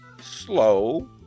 slow